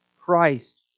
Christ